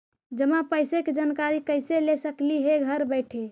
जमा पैसे के जानकारी कैसे ले सकली हे घर बैठे?